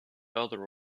other